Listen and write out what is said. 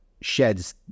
sheds